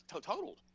totaled